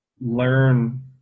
Learn